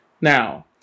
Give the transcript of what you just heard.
Now